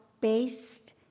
based